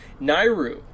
Nairu